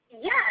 Yes